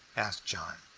asked john.